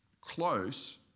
close